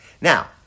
Now